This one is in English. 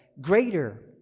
greater